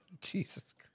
Jesus